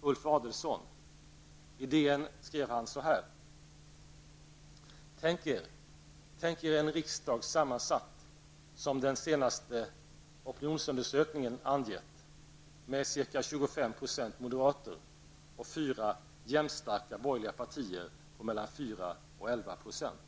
Ulf Adelsohn. I DN den 4 mars skrev han så här: ''Tänk er en riksdag sammansatt som de senaste opinionsundersökningarna angett med cirka 25 procent moderater och fyra jämnstarka borgerliga partier på mellan 4 och 11 procent.